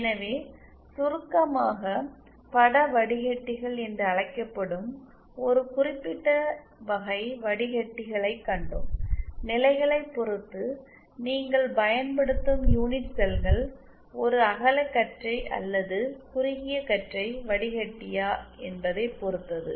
எனவே சுருக்கமாக பட வடிகட்டிகள் என்று அழைக்கப்படும் ஒரு குறிப்பிட்ட வகை வடிகட்டிகளை கண்டோம் நிலைகளைப் பொறுத்து நீங்கள் பயன்படுத்தும் யூனிட் செல்கள் ஒரு அகலகற்றை அல்லது குறுகிய கற்றை வடிகட்டியா என்பதைப் பொறுத்தது